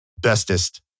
bestest